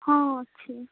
ହଁ ଅଛି